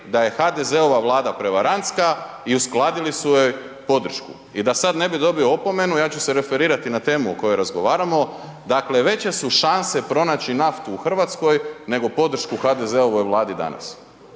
da je HDZ-ova Vlada prevarantska i uskladili su joj podršku. I da sad ne bi dobio opomenu, ja ću se referirati na temu o kojoj razgovaramo, dakle, veće su šanse pronaći naftu u Hrvatskoj, nego podršku HDZ-ovoj Vladi danas.